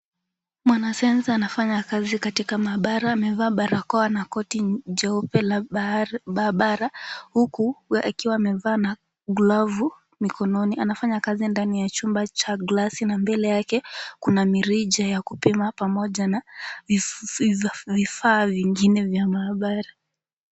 Mwanasayansi anafanya kazi katika maabara, amevaa barakoa na koti jeupe la maabara. Huku akiwa amevaa na glavu mikononi, anafanya kazi ndani ya chumba cha glasi na mbele yake kuna mirija ya kupima pamoja na vifaa vingine vya maabara.